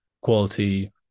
quality